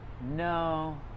No